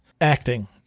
acting